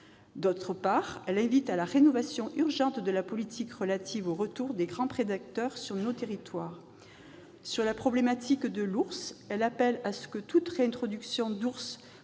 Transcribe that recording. D'autre part, la résolution demande la rénovation urgente de la politique relative au retour des grands prédateurs sur nos territoires. Sur la problématique de l'ours, elle appelle à ce que toute réintroduction d'ours